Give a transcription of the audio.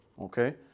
Okay